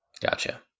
Gotcha